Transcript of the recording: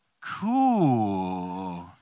cool